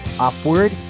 upward